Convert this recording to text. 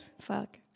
Fuck